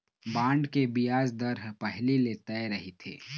bond के बियाज दर ह पहिली ले तय रहिथे